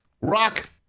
rock